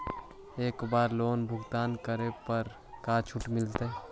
एक बार लोन भुगतान करे पर का छुट मिल तइ?